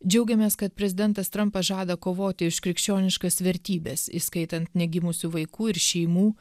džiaugiamės kad prezidentas trampas žada kovoti už krikščioniškas vertybes įskaitant negimusių vaikų ir šeimų